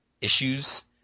Issues